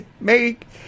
make